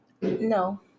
no